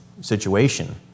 situation